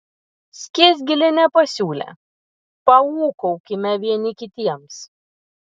skiesgilienė pasiūlė paūkaukime vieni kitiems